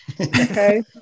okay